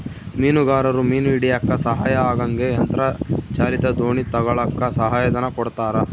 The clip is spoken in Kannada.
ಮೀನುಗಾರರು ಮೀನು ಹಿಡಿಯಕ್ಕ ಸಹಾಯ ಆಗಂಗ ಯಂತ್ರ ಚಾಲಿತ ದೋಣಿ ತಗಳಕ್ಕ ಸಹಾಯ ಧನ ಕೊಡ್ತಾರ